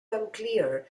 unclear